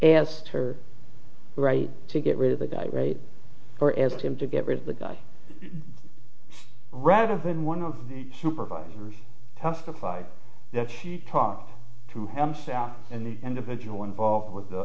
asked her right to get rid of the guy or edit him to get rid of the guy rather than one of the supervisors testified that she talked to him sound and the individual involved with the